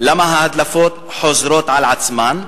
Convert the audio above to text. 5. למה ההדלפות חוזרות על עצמן?